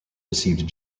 received